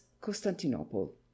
constantinople